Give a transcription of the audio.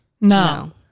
No